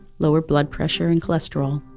lower blood pressure and cholesterol,